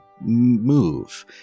move